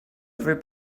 ever